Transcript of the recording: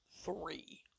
three